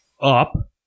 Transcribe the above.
up